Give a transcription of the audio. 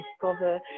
discover